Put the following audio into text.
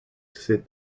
said